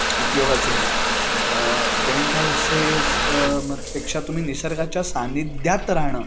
उपयोगाचे नाहीत tent houses म पेक्षा तुम्ही निसर्गाच्या सानिध्यात राहणं